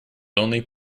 only